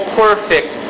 perfect